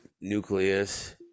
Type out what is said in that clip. nucleus